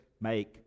make